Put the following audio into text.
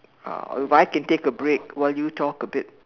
uh if I can take a break while you talk a bit